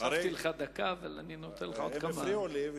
הם הפריעו לי.